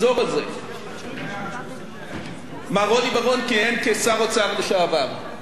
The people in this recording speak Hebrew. מר רוני בר-און כיהן כשר אוצר, לשעבר, שנה וחצי.